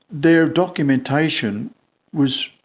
their documentation was,